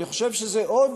אני חושב שזאת עוד